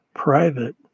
private